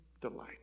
delight